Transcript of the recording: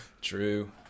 True